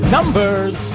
Numbers